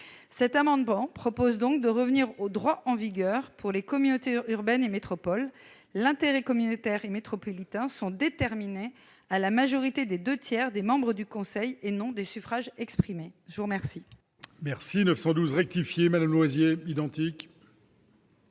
Cet amendement vise donc à en rester au droit en vigueur pour les communautés urbaines et les métropoles : l'intérêt communautaire et métropolitain est déterminé à la majorité des deux tiers des membres du conseil, et non des suffrages exprimés. La parole